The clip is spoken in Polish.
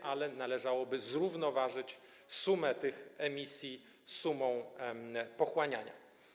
Natomiast należałoby zrównoważyć sumę tych emisji sumą pochłaniania.